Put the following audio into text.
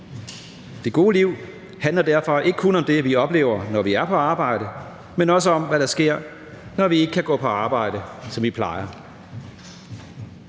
Det gode liv handler derfor ikke kun om det, vi oplever, når vi er på arbejde, men også om, hvad der sker, når vi ikke kan gå på arbejde, som vi plejer.